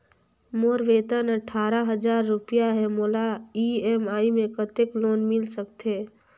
मोर वेतन अट्ठारह हजार रुपिया हे मोला ई.एम.आई मे कतेक लोन मिल सकथे?